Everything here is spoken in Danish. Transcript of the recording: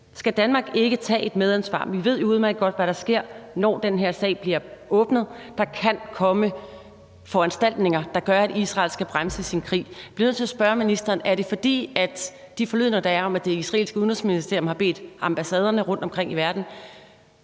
Skal Danmark ikke tage et medansvar? Vi ved jo udmærket godt, hvad der sker, når den her sag bliver åbnet; der kan komme foranstaltninger, der gør, at Israel skal bremse sin krig. Jeg bliver nødt til at spørge ministeren: Er det på grund afde forlydender, der er, om, at det israelske udenrigsministerium har bedt ambassader rundtomkring i verden